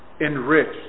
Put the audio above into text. Enriched